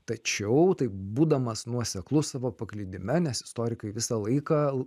tačiau taip būdamas nuoseklus savo paklydime nes istorikai visą laiką